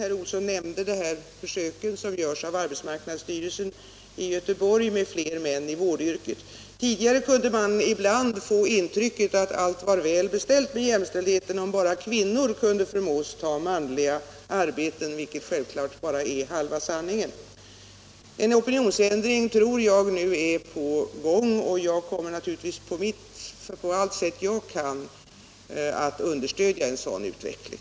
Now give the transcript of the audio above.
Herr Olsson nämnde de försök som görs av arbetsmarknadsstyrelsen i Göteborg med fler män i vårdyrken. Tidigare kunde man ibland få intrycket att allt var väl beställt med jämställdheten, om bara kvinnor kunde förmås ta manliga arbeten, vilket självfallet endast är halva sanningen. Jag tror att en opinionsändring är på gång, och jag kommer naturligtvis på alla de sätt jag kan göra det att understödja en sådan utveckling.